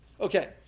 Okay